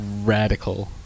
radical